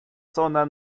zona